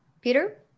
Peter